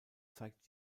zeigt